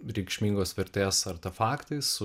reikšmingos vertės artefaktais